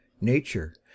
Nature